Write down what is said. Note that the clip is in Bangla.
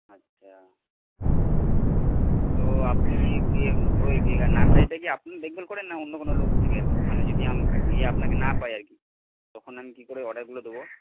আচ্ছা তো আপনি কি ওই নার্সারিটা কি আপনি দেখভাল করেন না অন্য কোনো লোক থাকে আর কি মানে যদি আমি গিয়ে আপনাকে না পাই আর কি তখন আমি কী করে অর্ডারগুলো দেবো